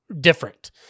different